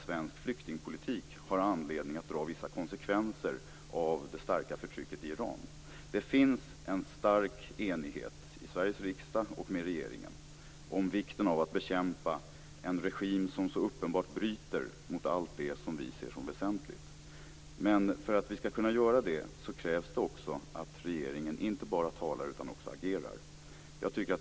Svensk flyktingpolitik har anledning att dra vissa konsekvenser av det starka förtrycket i Iran. Det finns en stark enighet i Sveriges riksdag och i regeringen om vikten av att bekämpa en regim som så uppenbart bryter mot allt det som vi ser som väsentligt. För att vi skall kunna göra det krävs att regeringen inte bara talar utan också agerar.